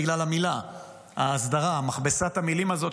בגלל המילה "הסדרה" מכבסת המילים הזאת,